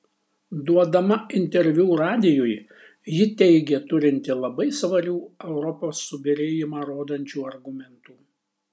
duodama interviu radijui ji teigė turinti labai svarių europos subyrėjimą rodančių argumentų